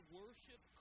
worship